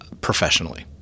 professionally